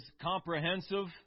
comprehensive